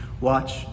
watch